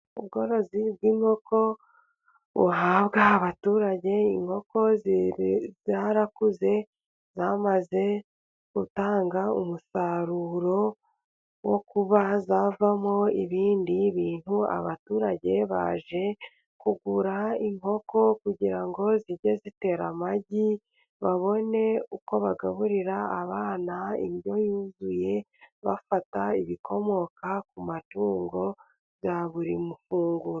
Ubworozi bw'inkoko buhabwa abaturage， inkoko zarakuze zamaze gutanga umusaruro wo kuba zavamo ibindi bintu， abaturage baje kugura inkoko，kugira ngo zijye zitera amagi， babone uko bagaburira abana indyo yuzuye，bafata ibikomoka ku matungo bya buri funguro.